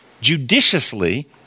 judiciously